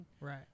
Right